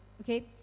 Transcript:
okay